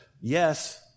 yes